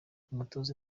umutoza